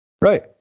Right